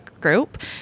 group